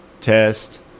test